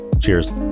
Cheers